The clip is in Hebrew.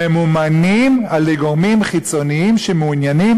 ממומנת על-ידי גורמים חיצוניים שמעוניינים